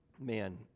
man